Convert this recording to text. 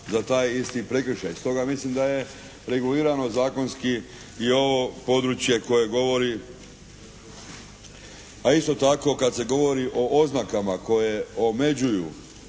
za taj isti prekršaj. Stoga mislim da je regulirano zakonski i ovo područje koje govori. A isto tako kad se govori o oznakama koje omeđuju